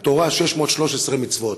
בתורה 613 מצוות,